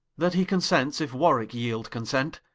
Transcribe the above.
that he consents, if warwicke yeeld consent,